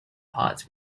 parts